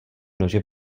nože